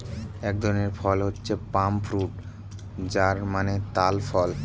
এক ধরনের ফল হচ্ছে পাম ফ্রুট যার মানে তাল ফল